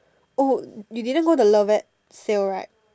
oh you didn't go the Lovet sale right